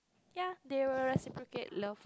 ya they will reciprocate love